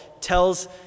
tells